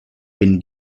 been